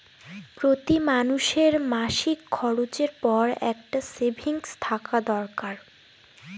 প্রতি মানুষের মাসিক খরচের পর একটা সেভিংস থাকা দরকার